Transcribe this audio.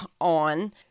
on